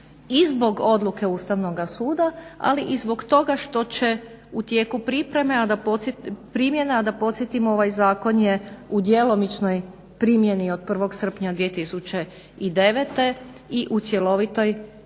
zbog odluke Ustavnoga suda, ali i zbog toga što će u tijeku primjena, a da podsjetimo ovaj zakon je u djelomičnoj primjeni od 1. srpnja 2009. i u cjelovitoj primjeni